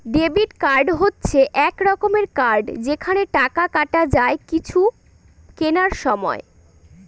debit card হচ্ছে এক রকমের কার্ড যেখানে টাকা কাটা যায় কিছু কেনার সময়